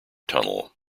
tunnel